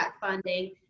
funding